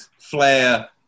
flair